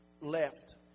left